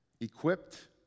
equipped